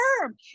term